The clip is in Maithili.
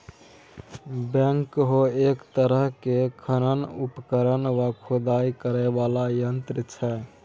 बैकहो एक तरहक उत्खनन उपकरण वा खुदाई करय बला यंत्र छै